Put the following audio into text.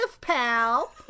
pal